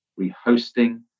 rehosting